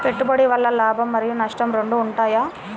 పెట్టుబడి వల్ల లాభం మరియు నష్టం రెండు ఉంటాయా?